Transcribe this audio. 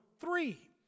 three